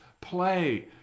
play